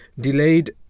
Delayed